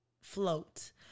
float